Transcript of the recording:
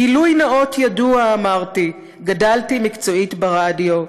גילוי נאות ידוע" אמרתי, "גדלתי מקצועית ברדיו.